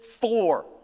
four